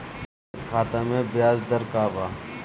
बचत खाता मे ब्याज दर का बा?